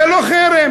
זה לא חרם.